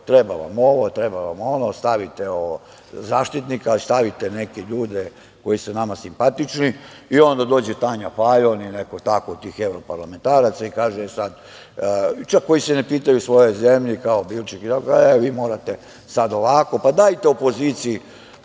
Treba vam ovo, treba vam ono, stavite Zaštitnika, stavite neke ljude koji su nama simpatični i onda dođe Tanja Fajon i neko od tih evroparlamentaraca i kaže, čak koji se ne pitaju u svojoj zemlji kao Bilček itd, a vi morate sad ovako, pa dajte opoziciji,